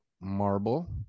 marble